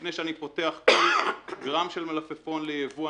לפני שאני פותח כל גרם של מלפפון לייבוא,